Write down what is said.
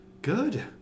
Good